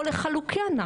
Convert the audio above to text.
או לחלוקי הנחל.